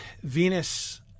Venus